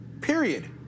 Period